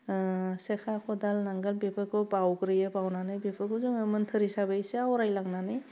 सेखा खदाल नांगाल बेफोरखौ बाउग्रोयो बाउनानै बेफोरखौ जोङो मोन्थोर हिसाबैसो आवरायलांनानै